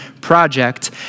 project